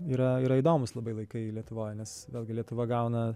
yra yra įdomūs labai laikai lietuvoj nes vėlgi lietuva gauna